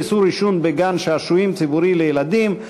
איסור עישון בגן-שעשועים ציבורי לילדים),